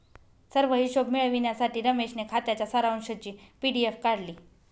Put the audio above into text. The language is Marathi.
सर्व हिशोब मिळविण्यासाठी रमेशने खात्याच्या सारांशची पी.डी.एफ काढली